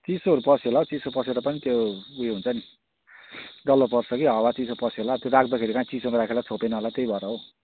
चिसोहरू पस्यो होला चिसो पसेर पनि त्यो उयो हुन्छ नि डल्लो पर्छ कि हावा चिसो पस्यो हो राख्दाखेरि काहीँ चिसोमा राखेर छोपेन होला त्यही भएर हो